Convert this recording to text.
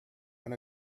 and